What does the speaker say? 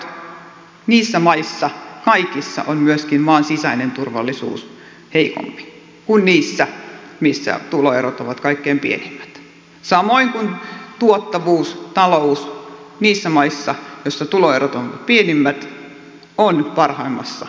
suurimpien tuloerojen maissa kaikissa on myöskin maan sisäinen turvallisuus heikompi kuin niissä maissa missä tuloerot ovat kaikkein pienimmät samoin kuin tuottavuus talous on parhaimmassa jamassa niissä maissa joissa tuloerot ovat pienimmät